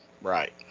Right